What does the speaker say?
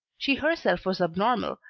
she herself was abnormal,